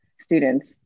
students